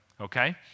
okay